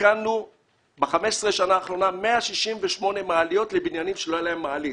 התקנו ב-15 השנה האחרונות 168 מעליות לבניינים שלא הייתה בהם מעלית.